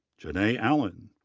jannae allen,